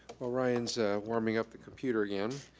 while ryan's warming up the computer again,